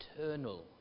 eternal